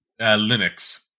Linux